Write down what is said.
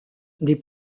des